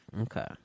Okay